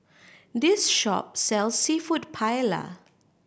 this shop sells Seafood Paella